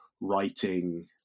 writing